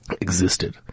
existed